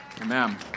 Amen